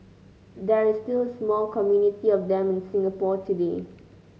there is still a small community of them in Singapore today